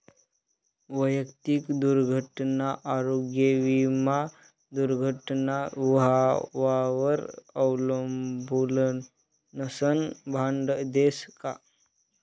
वैयक्तिक दुर्घटना आरोग्य विमा दुर्घटना व्हवावर ॲम्बुलन्सनं भाडं देस का?